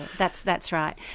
that's that's right.